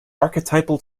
archetypal